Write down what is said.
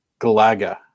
Galaga